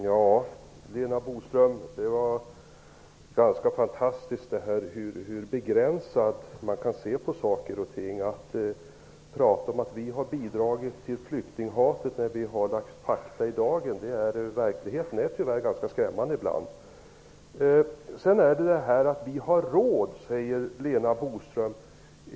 Fru talman! Det är ganska fantastiskt, Lena Boström, hur begränsat man kan se på saker och ting. Man menar att vi har bidragit till flyktinghatet när vi har bringat fakta i dagen. Verkligheten är ibland tyvärr ganska skrämmande. Vi har råd, säger Lena Boström.